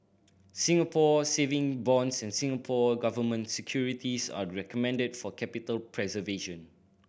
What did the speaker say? Singapore Saving Bonds and Singapore Government Securities are recommended for capital preservation